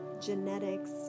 genetics